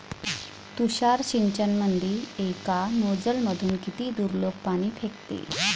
तुषार सिंचनमंदी एका नोजल मधून किती दुरलोक पाणी फेकते?